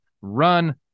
Run